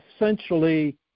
essentially